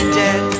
dead